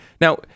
now